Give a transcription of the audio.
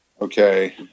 okay